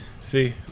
See